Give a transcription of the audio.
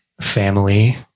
family